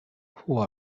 who